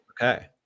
Okay